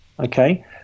Okay